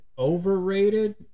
overrated